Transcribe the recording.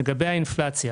לגבי האינפלציה